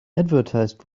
advertised